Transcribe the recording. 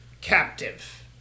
captive